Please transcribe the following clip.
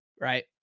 Right